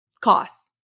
costs